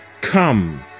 Come